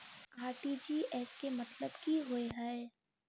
RTGS केँ मतलब की होइ हय?